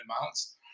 amounts